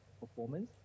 performance